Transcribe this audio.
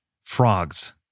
frogs